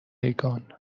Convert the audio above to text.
ریگان